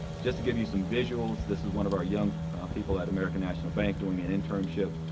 just to give you some visuals, this is one of our young people at american national bank doing an internship.